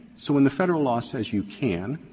so when the federal law says you can,